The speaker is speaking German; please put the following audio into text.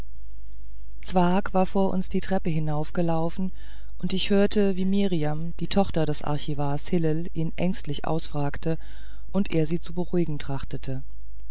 zwakh war vor uns die treppen hinaufgelaufen und ich hörte wie mirjam die tochter des archivars hillel ihn ängstlich ausfragte und er sie zu beruhigen